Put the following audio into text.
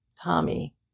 Tommy